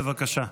בבקשה,